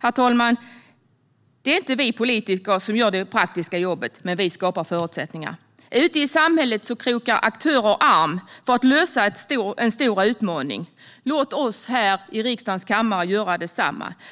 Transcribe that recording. Herr talman! Det är inte vi politiker som gör det praktiska jobbet, men vi skapar förutsättningar. Ute i samhället krokar aktörer arm för att lösa en stor utmaning. Låt oss här i riksdagens kammare göra detsamma.